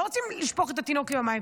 לא רוצים לשפוך את התינוק עם המים.